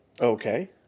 Okay